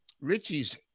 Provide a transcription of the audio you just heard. Richie's